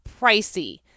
pricey